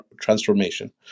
transformation